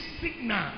signal